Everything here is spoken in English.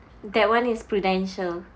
that one is Prudential